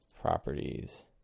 properties